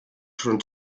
schon